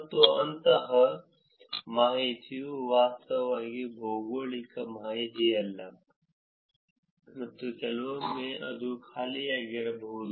ಮತ್ತು ಅಂತಹ ಮಾಹಿತಿಯು ವಾಸ್ತವವಾಗಿ ಭೌಗೋಳಿಕ ಮಾಹಿತಿಯಲ್ಲ ಮತ್ತು ಕೆಲವೊಮ್ಮೆ ಅದು ಖಾಲಿಯಾಗಿರಬಹುದು